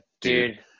dude